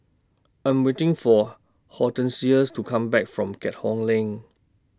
I Am waiting For Hortencias to Come Back from Keat Hong LINK